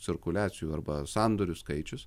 cirkuliacijų arba sandorių skaičius